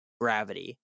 gravity